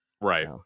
right